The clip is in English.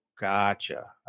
Gotcha